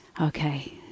Okay